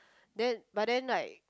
then but then like